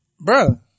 bro